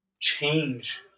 change